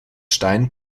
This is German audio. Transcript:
stein